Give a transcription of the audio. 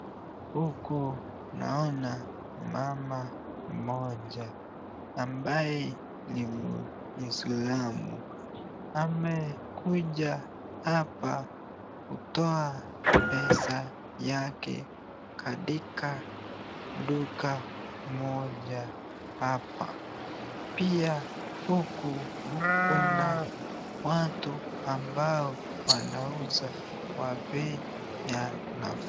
Huku naona mama moja ambaye ni mwisilamu, amekuja hapa kutoa pesa yake katika duka moja hapa, pia huku kuna watu ambao wanauza kwa bei ya nafuu.